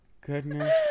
Goodness